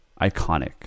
iconic